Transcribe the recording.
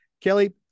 Kelly